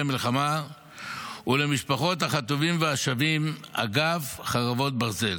המלחמה ולמשפחות החטופים והשבים: אגף חרבות ברזל.